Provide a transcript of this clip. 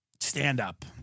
stand-up